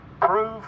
Prove